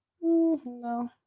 No